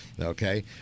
Okay